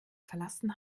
verlassen